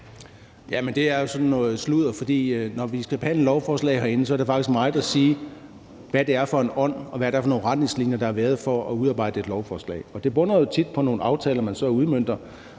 det er jo noget sludder, for når vi skal behandle lovforslag herinde, har det faktisk meget at sige, hvad det er for en ånd, og hvad det er for nogle retningslinjer, der har været for at udarbejde et lovforslag. Det bunder jo tit i nogle aftaler, man så udmønter,